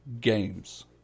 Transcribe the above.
Games